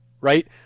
right